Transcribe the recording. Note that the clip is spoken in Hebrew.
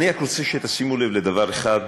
אני רק רוצה שתשימו לב לדבר אחד,